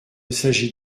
s’agit